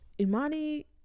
Imani